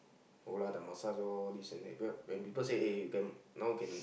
no lah the massage loh this and that becuase when people say eh you can now can